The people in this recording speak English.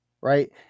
right